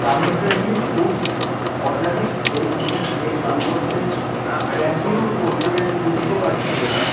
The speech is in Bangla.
tummy friendly foods organic health mix এর পরিবর্তে ক্যামফর কর্পূরের ক্ষুদ্র কাঠি পেয়েছি